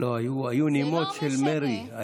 לא, היו נימות של מרי.